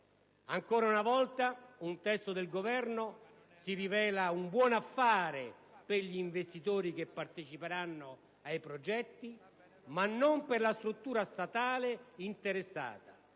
Ancora una volta un testo del Governo si rivela un buon affare per gli investitori che parteciperanno ai progetti, ma non per la struttura statale interessata